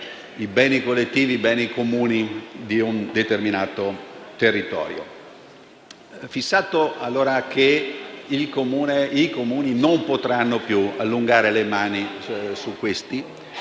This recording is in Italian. i beni collettivi e comuni di un determinato territorio. Si è stabilito allora che i Comuni non potranno più «allungare le mani» su questi